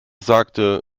sagte